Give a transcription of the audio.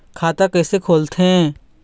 खाता कइसे खोलथें?